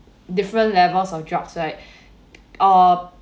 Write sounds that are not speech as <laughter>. different levels of drugs right <breath> uh